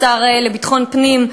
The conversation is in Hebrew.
השר לביטחון פנים,